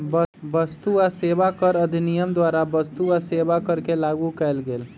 वस्तु आ सेवा कर अधिनियम द्वारा वस्तु आ सेवा कर के लागू कएल गेल